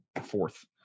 fourth